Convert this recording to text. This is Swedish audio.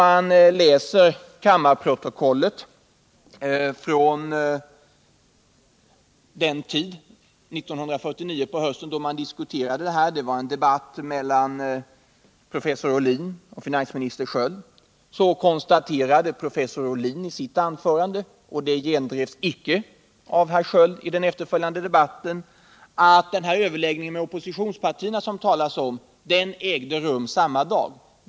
Av kammarprotokollen från hösten 1949 framgår att professor Ohlin i en debatt om detta med finansminister Sköld konstaterade — och det gendrevs icke av herr Sköld i den efterföljande debatten — att den överläggning med oppositionspartierna som det gällde ägde rum samma dag som beslutet fattades.